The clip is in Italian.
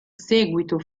seguito